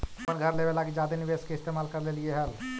हम अपन घर लेबे लागी जादे निवेश के इस्तेमाल कर लेलीअई हल